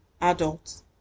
adults